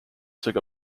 took